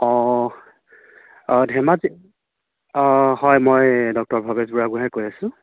অঁ অঁ ধেমাজি অঁ হয় মই ডক্টৰ ভৱেশ বুঢ়াগোঁহায়ে কৈ আছোঁ